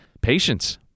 Patience